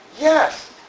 Yes